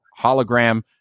hologram